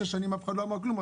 שש שנים אף אחד לא אמר כלום,